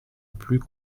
plus